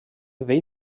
vell